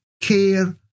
Care